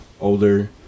older